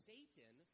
Satan